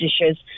dishes